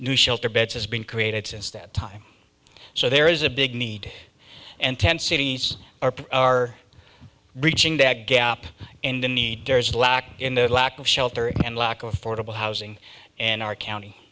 new shelter beds has been created since that time so there is a big need and tent cities are are reaching that gap in the need there is a lack in the lack of shelter and lack of affordable housing and our county